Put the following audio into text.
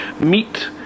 meet